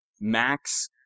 Max